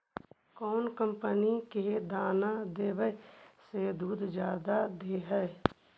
कौन कंपनी के दाना देबए से दुध जादा दे है?